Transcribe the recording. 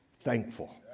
thankful